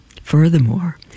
Furthermore